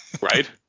Right